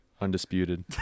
undisputed